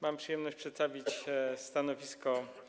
Mam przyjemność przedstawić stanowisko